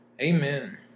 Amen